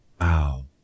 Wow